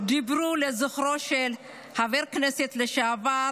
דיברו לזכרו של חבר הכנסת לשעבר